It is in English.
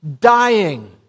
dying